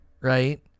right